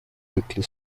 weekly